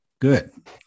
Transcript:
Good